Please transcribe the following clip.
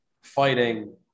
fighting